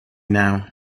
now